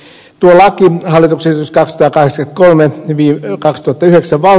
tuo laki hallituksen ja takaisin kolmen viihdeilta koteihinsa vaan